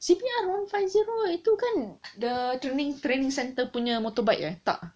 C_B_R one five zero itu kan the tuning training centre punya motorbike eh tak